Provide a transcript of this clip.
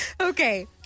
Okay